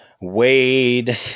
wade